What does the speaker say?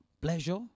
pleasure